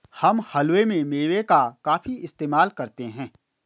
हम हलवे में मेवे का काफी इस्तेमाल करते हैं